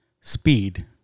Speed